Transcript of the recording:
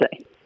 say